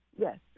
Yes